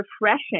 refreshing